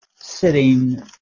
Sitting